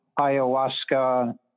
ayahuasca